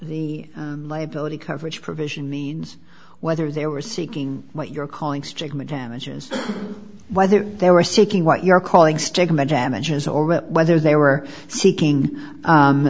the liability coverage provision means whether they were seeking what you're calling stigma damages whether they were seeking what you're calling stigma damages already whether they were seeking